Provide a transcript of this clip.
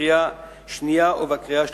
בקריאה השנייה ובקריאה השלישית.